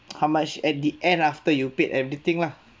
how much at the end after you paid everything lah